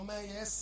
Yes